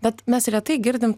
bet mes retai girdim